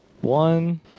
one